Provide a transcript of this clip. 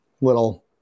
little